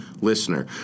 listener